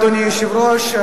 אדוני היושב-ראש,